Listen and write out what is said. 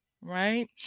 Right